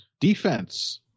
defense